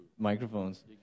Microphones